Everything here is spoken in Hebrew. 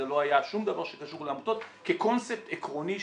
זה לא היה שום דבר שקשור לעמותות כקונספט עקרוני שאומר,